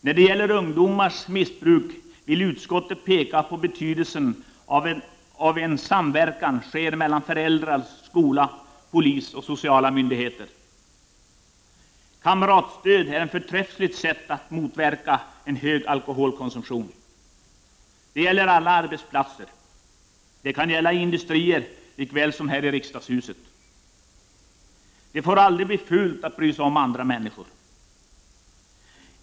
När det gäller ungdomars missbruk vill utskottet peka på betydelsen av att en samverkan sker mellan föräldrar, skola, polis och sociala myndigheter. Kamratstöd är ett förträffligt sätt att motverka en hög alkoholkonsumtion. Detta gäller alla arbetsplatser. Det kan gälla industrier lika väl som här i riksdagshuset. Det får aldrig bli fult att bry sig om andra människor.